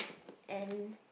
and